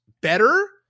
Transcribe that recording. Better